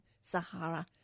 Sahara